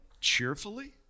cheerfully